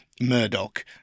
Murdoch